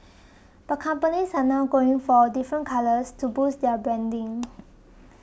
but companies are now going for different colours to boost their branding